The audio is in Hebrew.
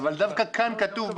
אבל דווקא כאן כתוב בנוהל,